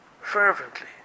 fervently